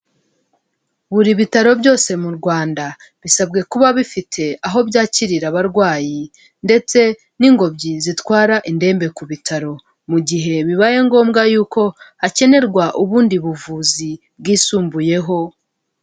Buri bitaro byose mu Rwanda bisabwe kuba bifite aho byakirira abarwayi ndetse n'ingobyi zitwara indembe ku bitaro mu gihe bibaye ngombwa yuko hakenerwa ubundi buvuzi bwisumbuyeho.